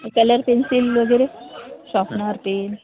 colour pencil वगैरे sharpener pen